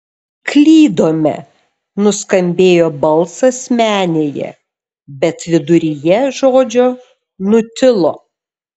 klydome nuskambėjo balsas menėje bet viduryje žodžio nutilo